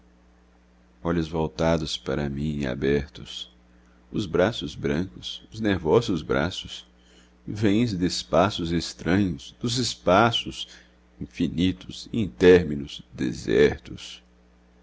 olhos voltados para mim e abertos os braços brancos os nervosos braços vens d'espaços estranhos dos espaços infinitos intérminos desertos